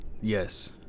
Yes